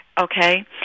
Okay